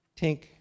tink